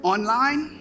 Online